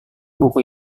buku